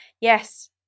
Yes